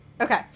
Okay